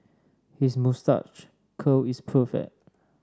his moustache curl is perfect